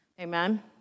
Amen